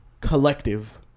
collective